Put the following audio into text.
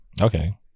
Okay